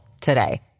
today